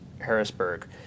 Harrisburg